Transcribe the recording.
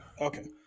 Okay